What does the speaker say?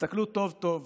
תסתכלו טוב-טוב